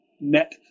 net